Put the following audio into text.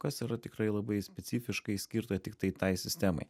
kas yra tikrai labai specifiškai išskirta tiktai tai sistemai